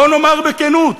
בוא נאמר בכנות